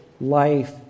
life